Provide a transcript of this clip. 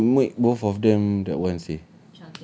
yes you make both of them that one seh